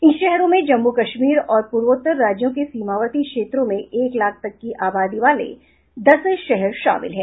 इन शहरों में जम्मू कश्मीर और पूर्वोत्तर राज्यों के सीमावर्ती क्षेत्रों में एक लाख तक की आबादी वाले दस शहर शामिल हैं